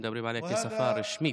מדברים עליה כשפה הרשמית,